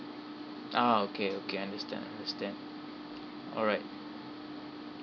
ah okay okay understand understand all right